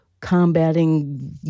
combating